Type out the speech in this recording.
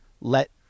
let